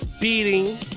beating